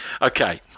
okay